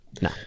No